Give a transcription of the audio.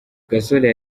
gasore